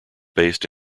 based